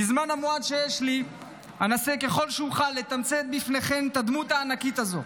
בזמן המועט שיש לי אנסה ככל שאוכל לתמצת בפניכם את הדמות הענקית הזו,